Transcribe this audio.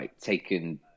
taken